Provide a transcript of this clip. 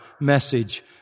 message